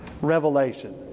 revelation